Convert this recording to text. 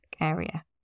area